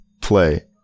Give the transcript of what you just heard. play